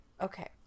Okay